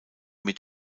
mit